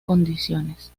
condiciones